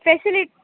facility